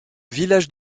village